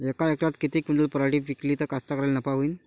यका एकरात किती क्विंटल पराटी पिकली त कास्तकाराइले नफा होईन?